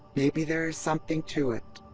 maybe there is something to it.